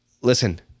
listen